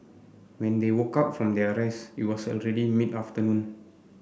when they woke up from their rests it was already mid afternoon